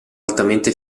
altamente